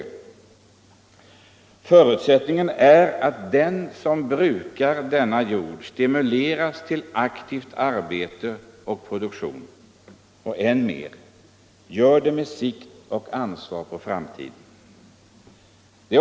Och förutsättningen för det är att den scm brukar jorden stimuleras till aktivt arbete och produktion med sikte på och ansvar för framtiden.